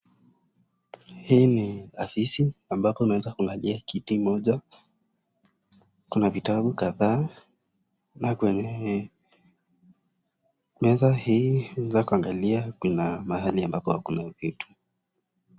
hili ni ofisi ambapo unaweza kuangaliakuna kiti kimoja